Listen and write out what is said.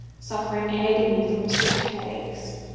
suffering agony from sick headaches.